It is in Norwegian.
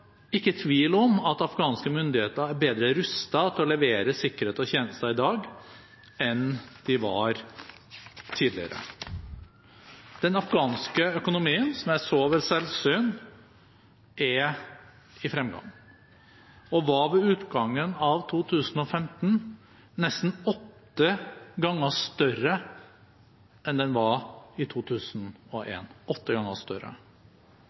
ikke tvil om at afghanske myndigheter er bedre rustet til å levere sikkerhet og tjenester i dag enn de var tidligere. Den afghanske økonomien er, som jeg så ved selvsyn, i fremgang og var ved utgangen av 2015 nesten åtte ganger større enn den var i 2001 – åtte